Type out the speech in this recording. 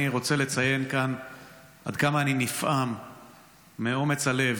אני רוצה לציין כאן עד כמה אני נפעם מאומץ הלב,